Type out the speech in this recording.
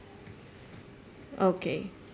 okay